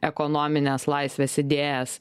ekonomines laisvės idėjas